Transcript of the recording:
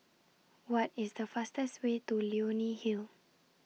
What IS The fastest Way to Leonie Hill